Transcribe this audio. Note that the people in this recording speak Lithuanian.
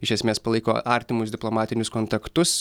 iš esmės palaiko artimus diplomatinius kontaktus